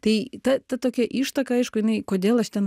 tai ta ta tokia ištaka aišku jinai kodėl aš ten